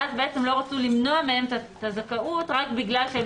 ואז לא רצו למנוע מהם את הזכאות רק בגלל שהם